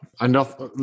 Enough